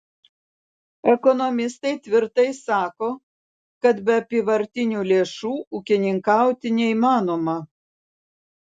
ekonomistai tvirtai sako kad be apyvartinių lėšų ūkininkauti neįmanoma